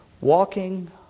Walking